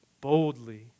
boldly